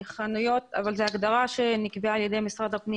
אבל זה הגדרה שנקבעה על ידי משרד הפנים